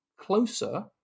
closer